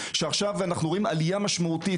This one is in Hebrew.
שעכשיו אנחנו רואים עלייה משמעותית,